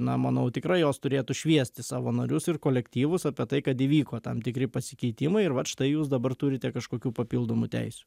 na manau tikrai jos turėtų šviesti savo narius ir kolektyvus apie tai kad įvyko tam tikri pasikeitimai ir vat štai jūs dabar turite kažkokių papildomų teisių